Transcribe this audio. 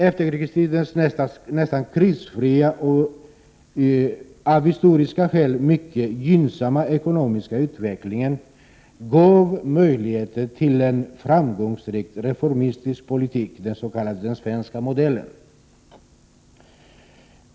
Efterkrigstidens nästan krisfria och av historiska skäl mycket gynnsamma ekonomiska utveckling gav möjligheter till en framgångsrik reformistisk politik, den s.k. svenska modellen.